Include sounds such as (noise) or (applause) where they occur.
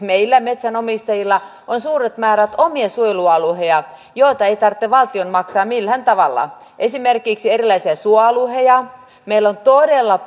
(unintelligible) meillä metsänomistajilla on suuret määrät omia suojelualueita joita ei tarvitse valtion maksaa millään tavalla esimerkiksi erilaisia suoalueita meillä on todella (unintelligible)